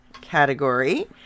category